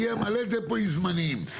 יהיה מלא דפואים זמניים.